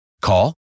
Call